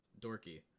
dorky